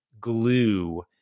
glue